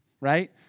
right